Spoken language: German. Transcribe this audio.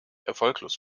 erfolglos